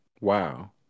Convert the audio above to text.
Wow